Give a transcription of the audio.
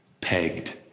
pegged